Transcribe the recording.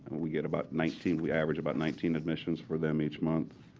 we get about nineteen, we average about nineteen admissions for them each month.